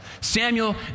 Samuel